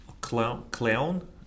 Clown